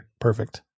perfect